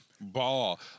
ball